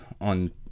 on